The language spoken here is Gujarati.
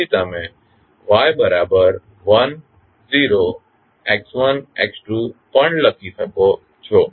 તેથી તમે yt1 0x1 x2 પણ લખી શકો છો